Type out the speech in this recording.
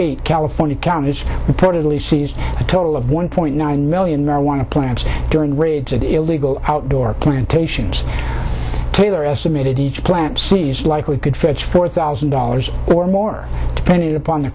eight california counties reportedly seized a total of one point nine million marijuana plants during raids and illegal out or plantations taylor estimated each plant seeds likely could fetch four thousand dollars or more depending upon the